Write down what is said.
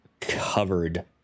covered